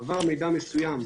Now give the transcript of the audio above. עבר מידע מסוים,